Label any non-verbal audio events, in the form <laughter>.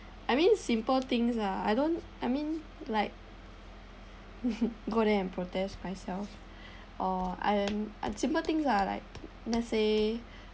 I mean simple things ah I don't I mean like <laughs> go there and protest myself or I am simple things lah like let's say